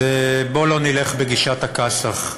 בוא לא נלך בגישת הכאסח.